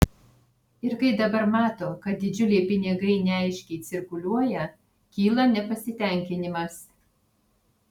ir kai dabar mato kad didžiuliai pinigai neaiškiai cirkuliuoja kyla nepasitenkinimas